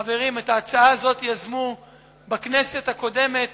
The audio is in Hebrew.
חברים, את ההצעה הזאת יזמו בכנסת הקודמת